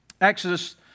Exodus